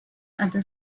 other